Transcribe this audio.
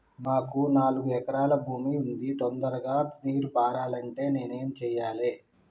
మాకు నాలుగు ఎకరాల భూమి ఉంది, తొందరగా నీరు పారాలంటే నేను ఏం చెయ్యాలే?